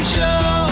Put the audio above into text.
Show